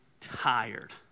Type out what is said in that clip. tired